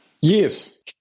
Yes